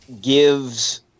gives